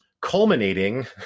culminating